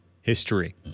history